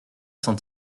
s’en